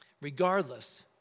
Regardless